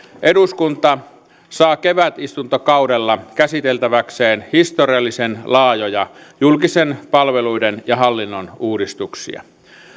eduskunta saa kevätistuntokaudella käsiteltäväkseen historiallisen laajoja julkisten palveluiden ja hallinnon uudistuksia